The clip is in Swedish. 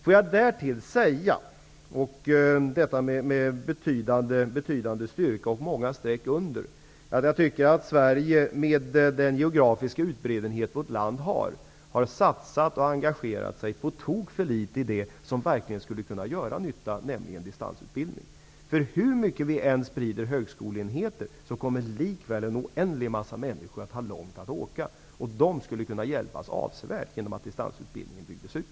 Får jag därtill säga -- med betydande styrka och med många streck under -- att jag tycker att vårt land med den geografiska utbredning det har, har satsat och engagerat sig på tok för litet i det som verkligen skulle kunna göra nytta, nämligen distansutbildning. Hur mycket vi än sprider högskoleenheter kommer likväl en oändlig massa människor att ha långt att åka. Dessa skulle kunna hjälpas avsevärt om distansutbildningen byggdes ut.